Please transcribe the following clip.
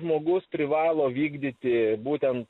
žmogus privalo vykdyti būtent